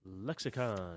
Lexicon